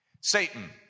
Satan